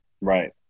Right